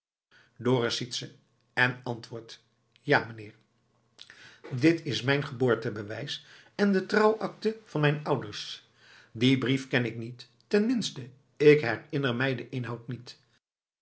ze in en antwoordt ja meneer dit is mijn geboortebewijs en de trouwakte van mijn ouders dien brief ken ik niet ten minste ik herinner mij den inhoud niet